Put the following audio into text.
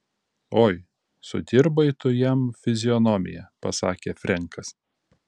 oi sudirbai tu jam fizionomiją pasakė frenkas